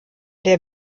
der